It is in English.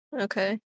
Okay